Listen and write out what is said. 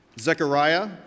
Zechariah